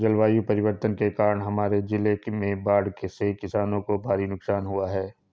जलवायु परिवर्तन के कारण हमारे जिले में बाढ़ से किसानों को भारी नुकसान हुआ है